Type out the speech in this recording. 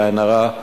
בלי עין הרע,